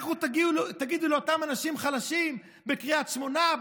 לכו תגידו לאותם אנשים חלשים בקריית שמונה,